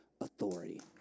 authority